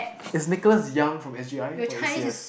is Nicholas-Yong from S_J_I or A_C_S